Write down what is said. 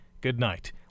goodnight